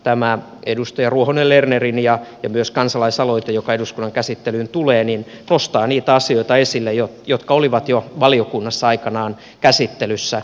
tämä edustaja ruohonen lernerin aloite ja myös kansalaisaloite joka eduskunnan käsittelyyn tulee nostavat niitä asioita esille jotka olivat jo valiokunnassa aikanaan käsittelyssä